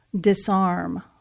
disarm